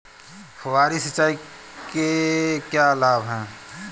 फुहारी सिंचाई के क्या लाभ हैं?